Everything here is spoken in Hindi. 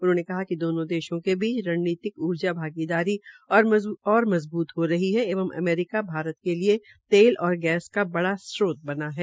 उन्होंने कहा कि दोनों देशों के बीच रणनीति ऊर्जा भागीदारी और मजबूत हो रही है एवं अमेरिका भारत के लिए तेल और गैस का बड़ा स्त्रोत बना है